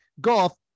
golf